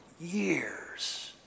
years